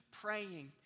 praying